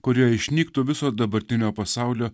kurioje išnyktų visos dabartinio pasaulio